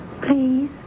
Please